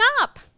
up